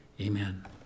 Amen